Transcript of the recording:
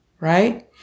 right